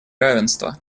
равенство